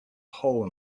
hole